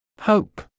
Hope